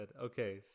Okay